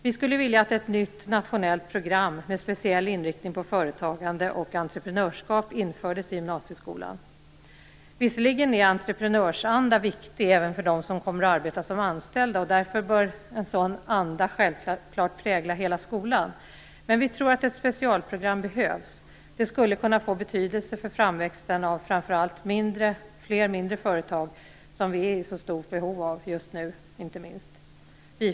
Vi skulle vilja att ett nytt nationellt program, med speciell inriktning på företagande och entreprenörskap, infördes i gymnasieskolan. Visserligen är entreprenörsanda viktig även för dem som kommer att arbeta som anställda och därför bör en sådan anda självklart prägla hela skolan. Men vi tror att ett specialprogram behövs. Det skulle kunna få betydelse för framväxten av framför alltfler mindre företag, som vi är i så stort behov av just nu.